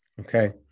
Okay